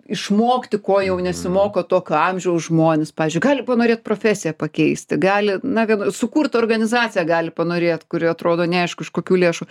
išmokti ko jau nesimoko tokio amžiaus žmonės pavyzdžiui gali panorėt profesiją pakeisti gali na vien sukurt organizaciją gali panorėt kuri atrodo neaišku iš kokių lėšų